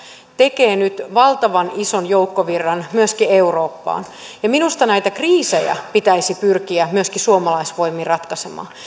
tekevät nyt valtavan ison joukkovirran myöskin eurooppaan ja minusta näitä kriisejä pitäisi pyrkiä myöskin suomalaisvoimin ratkaisemaan